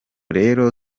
rero